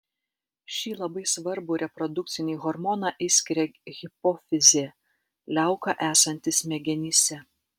šį labai svarbų reprodukcinį hormoną išskiria hipofizė liauka esanti smegenyse